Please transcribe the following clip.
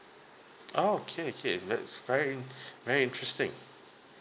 oh okay okay that's very very interesting